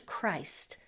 Christ